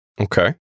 Okay